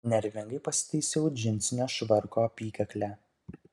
nervingai pasitaisiau džinsinio švarko apykaklę